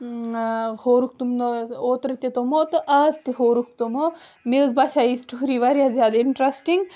ہورُکھ تِم اوترٕ تہِ تِمو تہٕ اَز تہِ ہورُکھ تِمو مےٚ حظ باسٮ۪و یہِ سِٹوری واریاہ زیادٕ اِنٹرسٹِنٛگ